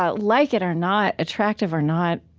ah like it or not, attractive or not,